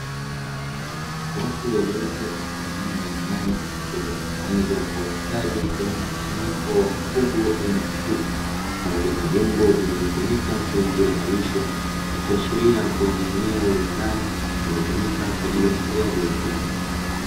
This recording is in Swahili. Watu waliopo katika eneo la ndani lililo tengenezwa kwa ustadi lenye mkusanyko wa mifugo aina ya kuku, pamoja na vyombo vinavyo tumika kwa ajili ya malisho, ikiashiria ni eneo la ndani linalotumika kwa ajili ya ufugaji wa kuku.